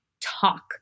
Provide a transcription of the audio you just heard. talk